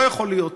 לא יכול להיות.